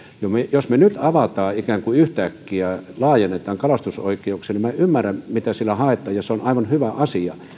jos me nyt avaamme ikään kuin yhtäkkiä laajennamme kalastusoikeuksia niin ymmärrän mitä sillä haetaan ja se on aivan hyvä asia